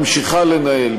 ממשיכה לנהל,